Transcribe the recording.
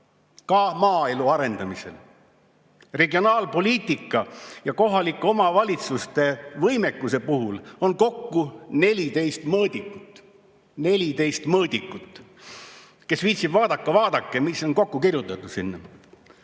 ka maaelu arendamisel. Regionaalpoliitika ja kohalike omavalitsuste võimekuse puhul on kokku 14 mõõdikut. 14 mõõdikut! Kes viitsib, vaadake-vaadake, mis on kokku kirjutatud! Ja